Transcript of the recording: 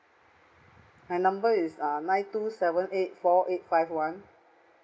my number is uh nine two seven eight four eight five one